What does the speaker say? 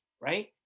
right